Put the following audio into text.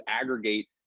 aggregate